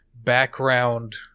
background